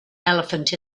elephant